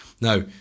Now